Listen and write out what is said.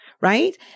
right